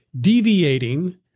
deviating